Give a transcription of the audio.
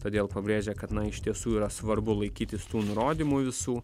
todėl pabrėžia kad na iš tiesų yra svarbu laikytis tų nurodymų visų